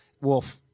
Wolf